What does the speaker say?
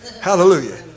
Hallelujah